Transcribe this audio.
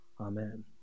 Amen